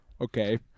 Okay